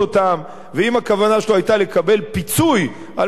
ואם הכוונה שלו היתה לקבל פיצוי על מה שמגיע לו,